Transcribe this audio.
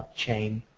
chain